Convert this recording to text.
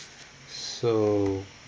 so